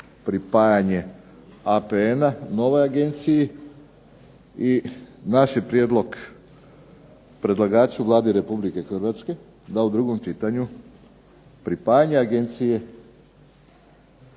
pripajanje APN-a novoj agenciji i naš je prijedlog predlagaču Vladi Republike Hrvatske da u drugom čitanju pripajanje agencije